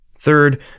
Third